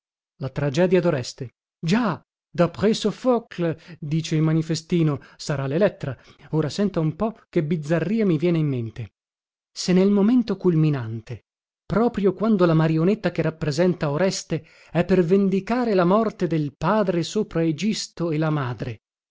la tragedia doreste già daprès sophocle dice il manifestino sarà lelettra ora senta un po che bizzarria mi viene in mente se nel momento culminante proprio quando la marionetta che rappresenta oreste è per vendicare la morte del padre sopra egisto e la madre